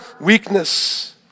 weakness